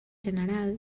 general